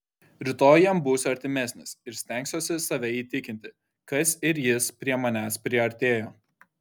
rytoj jam būsiu artimesnis ir stengsiuosi save įtikinti kas ir jis prie manęs priartėjo